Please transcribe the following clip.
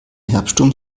herbststurm